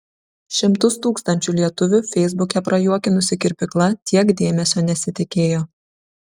šimtus tūkstančių lietuvių feisbuke prajuokinusi kirpykla tiek dėmesio nesitikėjo